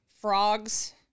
frogs